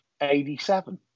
87